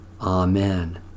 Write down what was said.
Amen